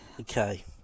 Okay